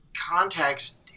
context